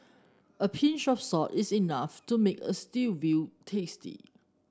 a pinch of salt is enough to make a stew veal tasty